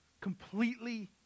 Completely